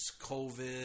COVID